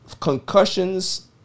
concussions